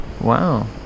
Wow